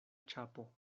ĉapo